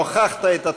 הוכחת את תמיכתך.